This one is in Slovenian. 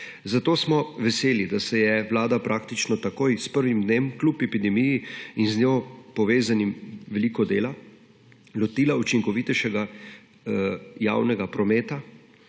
zato smo veseli, da se je Vlada praktično takoj s prvim dnem kljub epidemiji in z njo povezanim veliko dela, lotila učinkovitejšega javnega prometa